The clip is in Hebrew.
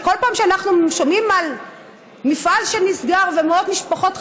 כל פעם שאנחנו שומעים על מפעל שנסגר ומאות משפחות,